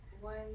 one